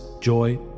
joy